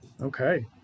okay